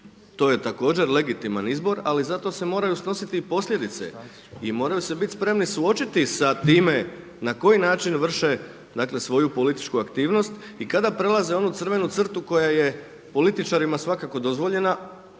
to je također legitiman izbor, ali se zato moraju snositi posljedice i moraju se biti spremni suočiti sa time na koji način vrše svoju političku aktivnost i kada prelaze onu crvenu crtu koja je političarima svakako dozvoljena